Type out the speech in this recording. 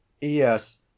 yes